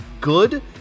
good